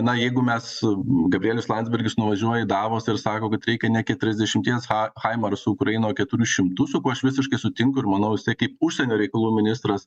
na jeigu mes u gabrielius landsbergis nuvažiuoja į davosą ir sako kad reikia ne keturiasdešimties cha haimarsų ukrainoj keturių šimtų su kuo aš visiškai sutinku ir manau jisai kaip užsienio reikalų ministras